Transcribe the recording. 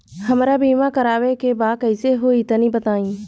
हमरा बीमा करावे के बा कइसे होई तनि बताईं?